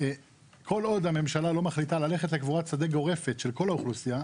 כל עוד הממשלה לא מחליטה ללכת לקבורת שדה גורפת שלכל האוכלוסייה,